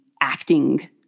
acting